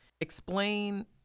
explain